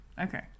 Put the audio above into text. okay